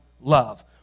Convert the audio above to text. love